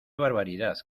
barbaridad